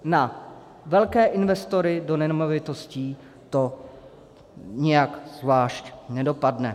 Na velké investory do nemovitostí to nijak zvlášť nedopadne.